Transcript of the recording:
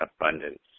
abundance